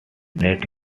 late